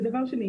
ודבר שני,